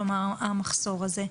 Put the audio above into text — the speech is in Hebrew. כלומר, המחסור הזה?